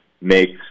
makes